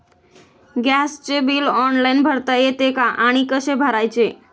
गॅसचे bill online भरता येते का आणि कसे भरायचे?